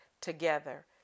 together